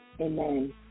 Amen